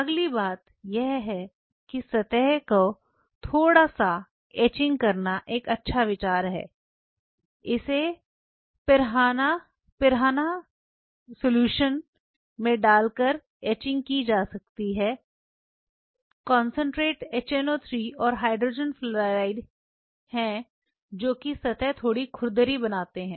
अगली बात यह है कि सतह को थोड़ा सा नक़्क़ाशी करना एक अच्छा विचार है इसे पिरान्हा सलूशन में डालकर नक़्क़ाशी की जा सकती है संदर्भ समय 0157 कंसन्ट्रेट HNO3 और हाइड्रोजन फ़्लोराइड HF ये हैं जो कि सतह थोड़ी खुरदरी बनाते हैं